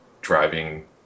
driving